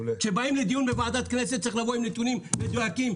כשבאים לדיון בוועדת הכנסת צריך לבוא עם נתונים מדויקים,